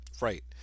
Right